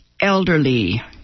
elderly